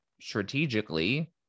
strategically